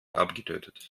abgetötet